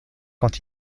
quand